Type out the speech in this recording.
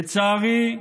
לצערי,